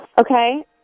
Okay